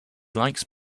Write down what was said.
likes